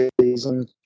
season